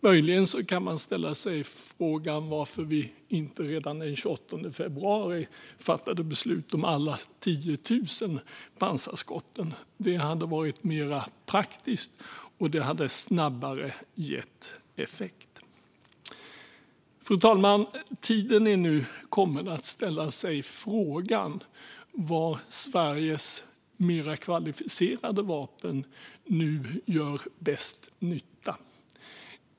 Möjligen kan man ställa sig frågan varför vi inte redan den 28 februari fattade beslut om alla 10 000 pansarskott. Det hade varit mer praktiskt och hade gett snabbare effekt. Fru talman! Tiden är nu kommen att ställa sig frågan var Sveriges mer kvalificerade vapen nu gör bäst nytta.